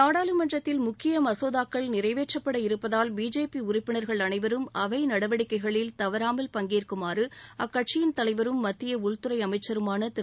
நாடாளுமன்றத்தில் முக்கியமசோதாக்கள் நிறைவேற்றப்பட இருப்பதால் பிஜேபிஉறுப்பினர்கள் அவைநடவடிக்கைகளில் தவறாமல் பங்கேற்குமாறு அக்கட்சியின் தலைவரும் அனைவரும் மத்தியஉள்துறைஅமைச்சருமானதிரு